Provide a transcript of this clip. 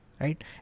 right